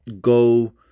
go